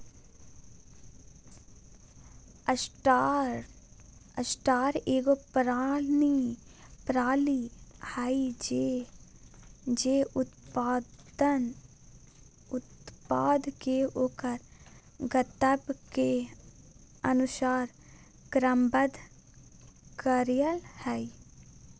sorter एगो प्रणाली हइ जे उत्पाद के ओकर गंतव्य के अनुसार क्रमबद्ध करय हइ